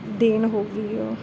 ਦੇਣ ਹੋ ਗਈ ਆ